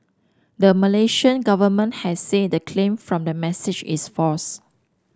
the Malaysian government has said the claim from the message is false